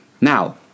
Now